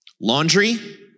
Laundry